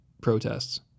protests